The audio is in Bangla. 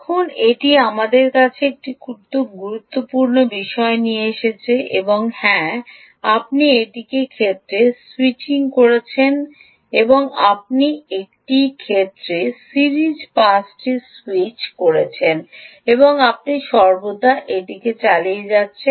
এখন এটি আমাদের কাছে একটি গুরুত্বপূর্ণ বিষয় নিয়ে এসেছে যে হ্যাঁ আপনি একটি ক্ষেত্রে স্যুইচ করছেন আপনি একটি ক্ষেত্রে সিরিজ পাসটি স্যুইচ করছেন এবং আপনি সর্বদা এটি চালিয়ে যাচ্ছেন